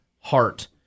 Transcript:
heart